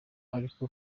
ariko